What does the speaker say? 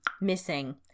missing